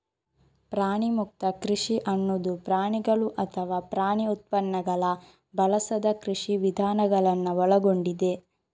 ಪ್ರಾಣಿಮುಕ್ತ ಕೃಷಿ ಅನ್ನುದು ಪ್ರಾಣಿಗಳು ಅಥವಾ ಪ್ರಾಣಿ ಉತ್ಪನ್ನಗಳನ್ನ ಬಳಸದ ಕೃಷಿ ವಿಧಾನಗಳನ್ನ ಒಳಗೊಂಡಿದೆ